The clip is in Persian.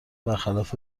برخلاف